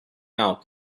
out